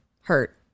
hurt